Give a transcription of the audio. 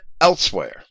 elsewhere